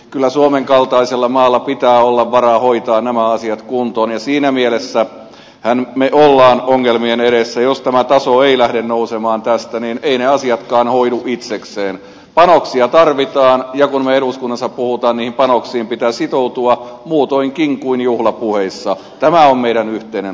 kyllä suomen kaltaisille maille pitää olla varaa ohittaa nämä asiat kuntoon ja siinä mielessä hän mielellään ongelmien edessä jos tämä taso ei lähde nousemaan tästä niin ei ne asiakkaan hoidu itsekseen vanhuksia tarvitaan ja kun eduskunnassa muutamin varauksin pitää sitoutua muutoinkin kuin juhlapuheissa tämä on meidän yhteen